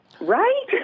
Right